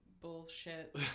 bullshit